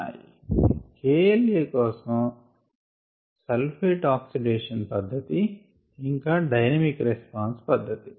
KLa కోసం sulphite oxidation పధ్ధతి ఇంకా డైనమిక్ రెస్పాన్స్ పధ్ధతి